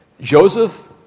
Joseph